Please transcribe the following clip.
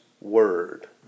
word